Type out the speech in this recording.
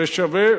זה שווה.